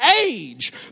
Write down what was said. age